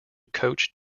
coach